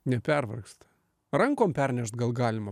nepervargsta rankom pernešt gal galima